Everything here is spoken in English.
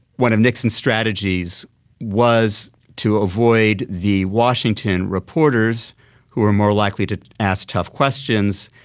one of nixon's strategies was to avoid the washington reporters who were more likely to ask tough questions,